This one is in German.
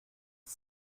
der